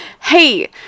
Hey